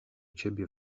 ciebie